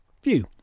Phew